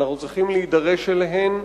ואנחנו צריכים להידרש אליהן.